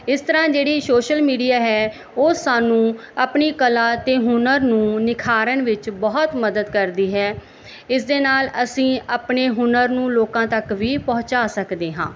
ਇਸ ਤਰ੍ਹਾਂ ਜਿਹੜੀ ਸੋਸ਼ਲ ਮੀਡੀਆ ਹੈ ਉਹ ਸਾਨੂੰ ਆਪਣੀ ਕਲਾ ਤੇ ਹੁਨਰ ਨੂੰ ਨਿਖਾਰਨ ਵਿੱਚ ਬਹੁਤ ਮਦਦ ਕਰਦੀ ਹੈ ਇਸ ਦੇ ਨਾਲ ਅਸੀਂ ਆਪਣੇ ਹੁਨਰ ਨੂੰ ਲੋਕਾਂ ਤੱਕ ਵੀ ਪਹੁੰਚਾ ਸਕਦੇ ਹਾਂ